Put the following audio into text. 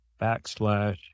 backslash